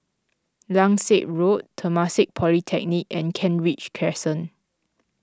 Langsat Road Temasek Polytechnic and Kent Ridge Crescent